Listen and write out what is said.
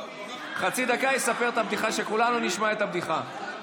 חצי דקה יספר את הבדיחה, שכולנו נשמע את הבדיחה.